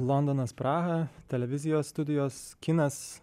londonas praha televizijos studijos kinas